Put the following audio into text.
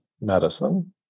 Medicine